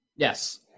Yes